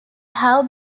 have